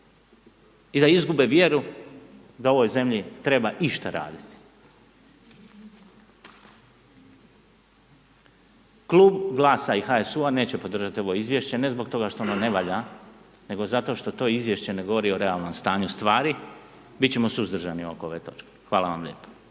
i da izgube vjeru da u ovoj zemlji treba išta raditi. Klub Glasa i HSU-a neće podržati ovo izvješće, ne zbog toga što ono ne valja, nego zato što to izvješće ne govori o realnom stanju stvari, bit ćemo suzdržani oko ove točke. Hvala vam lijepo.